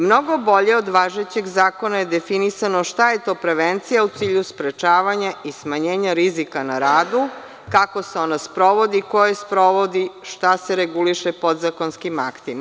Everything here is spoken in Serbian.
Mnogo bolje od važećeg zakona je definisano šta je to prevencija u cilju sprečavanja i smanjenja rizika na radu, kako se ona sprovodi, ko je sprovodi, šta se reguliše podzakonskim aktima.